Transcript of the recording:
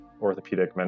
orthopedic